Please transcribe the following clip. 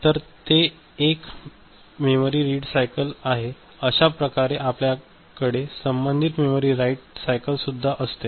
तर ते एक मेमरी रीड सायकल आहे अश्याच प्रकारे आपल्याकडे संबंधित मेमरी राइट सायकल सुद्धा असते